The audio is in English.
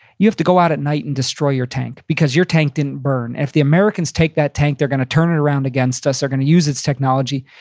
you have to go out at night and destroy your tank. because your tank didn't burn. if the americans take that tank, they're gonna turn it around against us. they're gonna use its technology.